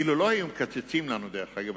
דרך אגב,